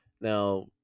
Now